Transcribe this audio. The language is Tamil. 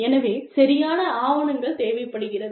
எனவே சரியான ஆவணங்கள் தேவைப்படுகிறது